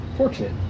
Fortunate